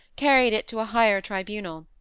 carried it to a higher tribunal.